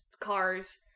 cars